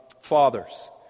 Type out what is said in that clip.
fathers